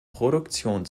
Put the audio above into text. produktion